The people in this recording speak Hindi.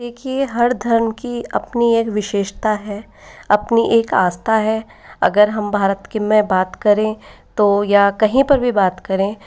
देखिए हर धर्म की अपनी एक विशेषता है अपनी एक आस्था है अगर हम भारत की में बात करें तो या कहीं पर भी बात करें